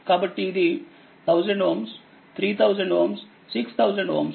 కాబట్టి ఇది 1000 3000 6000